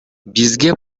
бизге